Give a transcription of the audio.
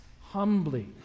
humbly